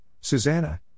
Susanna